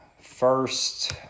first